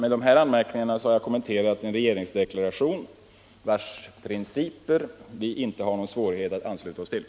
Med dessa anmärkningar har jag kommenterat en regeringsdeklaration vars principer vi inte har någon svårighet att ansluta oss till.